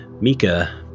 Mika